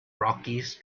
rockies